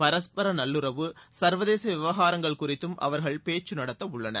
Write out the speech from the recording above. பரஸ்பர நல்லுறவு சர்வதேச விவகாரங்கள் குறித்தும் அவர்கள் பேச்சு நடத்தவுள்ளனர்